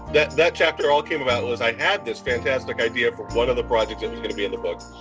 that that chapter all came about was i had the fantastic idea for one of the projects that was going to be in the book.